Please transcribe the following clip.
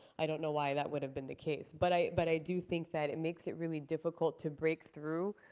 i don't know why that would have been the case. but i but i do think that it makes it really difficult to break through